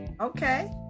Okay